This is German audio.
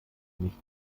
mich